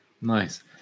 nice